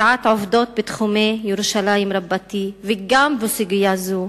קביעת עובדות בתחומי ירושלים רבתי, וגם בסוגיה זו